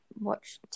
watch